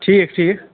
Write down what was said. ٹھیٖک ٹھیٖک